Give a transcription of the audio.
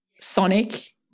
Sonic